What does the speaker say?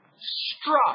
struck